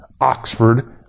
Oxford